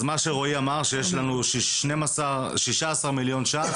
אז מה שרועי אמר, שיש לנו שישה עשר מיליון ₪,